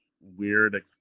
weird